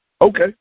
Okay